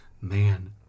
Man